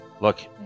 look